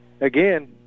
again